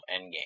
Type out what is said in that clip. Endgame